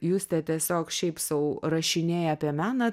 justė tiesiog šiaip sau rašinėja apie meną